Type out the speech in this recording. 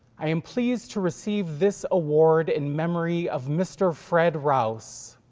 i am pleased to receive this award in memory of mr. fred rouse,